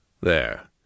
There